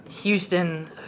Houston